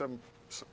seven